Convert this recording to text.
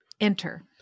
enter